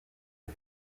aux